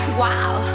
wow